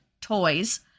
toys